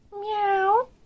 Meow